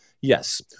Yes